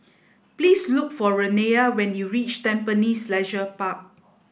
please look for Renea when you reach Tampines Leisure Park